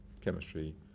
chemistry